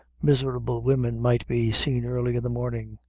miserable women might be seen early in the morning,